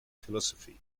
philosophy